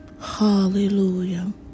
Hallelujah